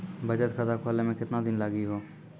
बचत खाता खोले मे केतना दिन लागि हो?